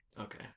Okay